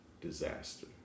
disaster